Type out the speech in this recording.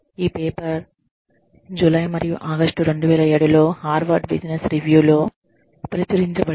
ఈ paper July మరియు August 2007 లో హార్వర్డ్ బిజినెస్ రివ్యూలో ప్రచురించబడింది